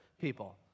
people